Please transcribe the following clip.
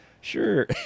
Sure